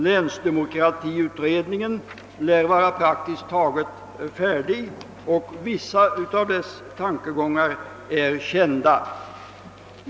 Länsdemokratiutredningen lär vara praktiskt taget färdig med sitt betänkande, och vissa av dess tankegångar är kända.